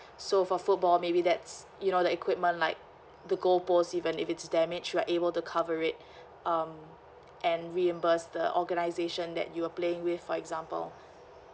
so for football maybe that's you know the equipment like the goal post even if it's damaged we are able to cover it um and reimburse the organisation that you were playing with for example